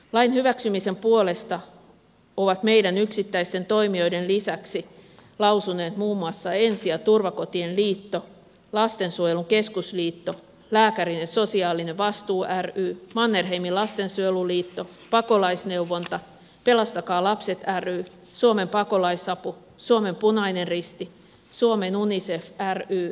lain hyväksymisen puolesta ovat meidän yksittäisten toimijoiden lisäksi lausuneet muun muassa ensi ja turvakotien liitto lastensuojelun keskusliitto lääkärin sosiaalinen vastuu ry mannerheimin lastensuojeluliitto pakolaisneuvonta pelastakaa lapset ry suomen pakolais apu suomen punainen risti suomen unicef ry ja väestöliitto